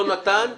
לא נתן תשובה,